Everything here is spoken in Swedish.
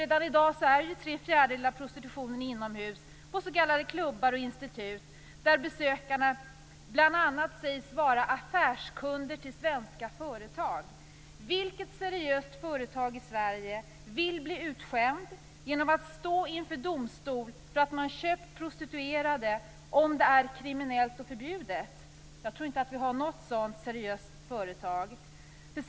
Redan i dag sker cirka tre fjärdedelar av prostitutionen inomhus på s.k. klubbar och institut där besökarna sägs vara bl.a. affärskunder till svenska företag. Vilket seriöst företag i Sverige vill bli utskämt genom att stå inför domstol för att man köpt prostituerade, om det är kriminellt och förbjudet? Inget företag vill nog det.